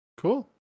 Cool